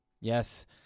Yes